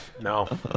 No